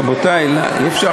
חברי הקואליציה, נא לשבת.